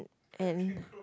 and